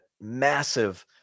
massive